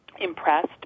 impressed